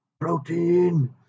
protein